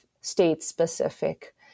state-specific